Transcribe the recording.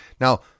now